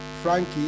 frankie